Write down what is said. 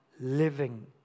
living